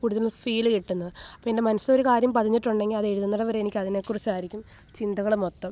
കൂടുതലും ഫീൽ കിട്ടുന്നത് പിന്നെ മനസ്സ് ഒരു കാര്യം പതിഞ്ഞിട്ടുണ്ടെങ്കിൽ അത് എഴുതുന്നിടം വരെ എനിക്കതിനേക്കുറിച്ചായിരിക്കും ചിന്തകൾ മൊത്തം